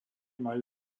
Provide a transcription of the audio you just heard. majú